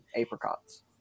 apricots